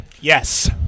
Yes